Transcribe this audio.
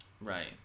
Right